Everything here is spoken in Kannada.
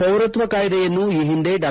ಪೌರತ್ವ ಕಾಯ್ದೆಯನ್ನು ಈ ಹಿಂದೆ ಡಾ